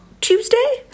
Tuesday